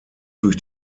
durch